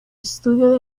estudio